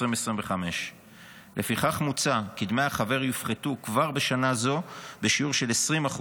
2025. לפיכך מוצע כי דמי החבר יופחתו כבר בשנה זו בשיעור של 20%,